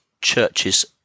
churches